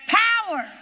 power